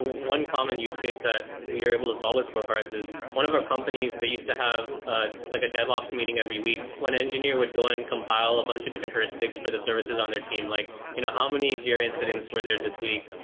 one common use case that we are able to solve with scorecards is one of our companies, they used to have ah like a devops meeting every week. one engineer would go and compile a bunch of different heuris tics for the services on their team, like you know how many jira incidents were there this week?